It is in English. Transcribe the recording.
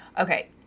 okay